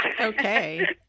Okay